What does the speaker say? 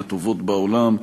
מהטובות בעולם.